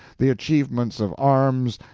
the achievements of arms,